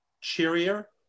cheerier